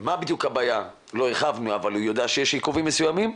מה בדיוק הבעיה לא הרחבנו אבל הוא יודע שיש עיכובים מסוימים,